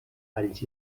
alls